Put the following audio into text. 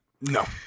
No